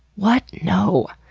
what? no!